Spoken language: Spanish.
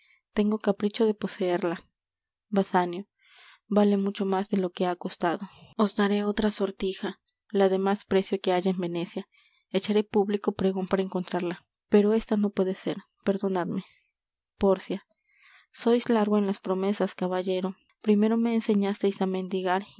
tengo capricho de poseerla basanio vale mucho más de lo que ha costado os daré otra sortija la de más precio que haya en venecia echaré público pregon para encontrarla pero ésta no puede ser perdonadme pórcia sois largo en las promesas caballero primero me enseñasteis á mendigar